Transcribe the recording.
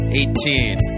eighteen